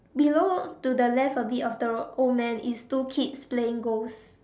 below to the left a bit of the old man is two kids playing ghost